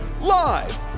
live